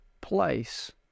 place